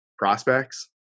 prospects